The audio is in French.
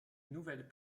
nouvelles